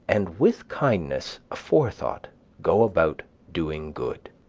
and with kindness aforethought go about doing good.